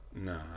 No